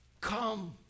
Come